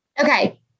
okay